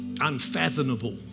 unfathomable